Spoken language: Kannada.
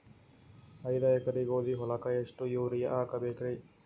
ಐದ ಎಕರಿ ಗೋಧಿ ಹೊಲಕ್ಕ ಎಷ್ಟ ಯೂರಿಯಹಾಕಬೆಕ್ರಿ?